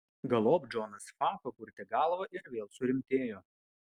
galop džonas fa papurtė galvą ir vėl surimtėjo